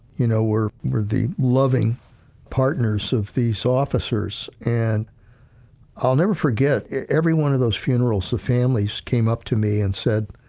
you know, were were the loving partners of these officers. and i'll never forget every one of those funerals of families came up to me and said,